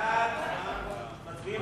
נא להצביע.